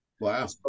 Wow